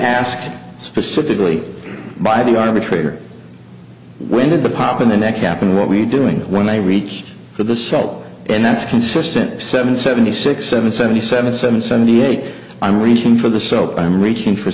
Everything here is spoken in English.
asked specifically by the arbitrator when did the pop in the neck happen what we doing when they reach for the cell and that's consistent seven seventy six seven seventy seven seven seventy eight i'm reaching for the soap i'm reaching for